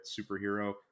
superhero